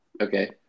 okay